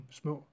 små